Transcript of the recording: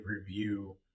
review